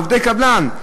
עובדי קבלן.